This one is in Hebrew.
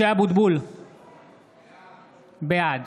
(קורא בשמות